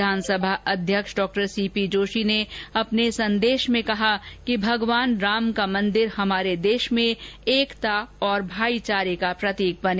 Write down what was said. विधानसभा अध्यक्ष डॉ सीपी जोशी ने अपने संदेश में कहा कि भगवान राम का मन्दिर हमारे देश में एकता और भाईचारे का प्रतीक बने